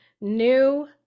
new